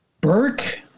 Burke